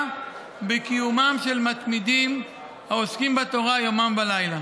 בקיומם של מתמידים העוסקים בתורה יומם ולילה.